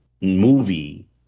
movie